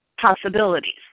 possibilities